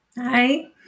Hi